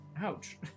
Ouch